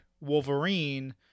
Wolverine